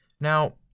Now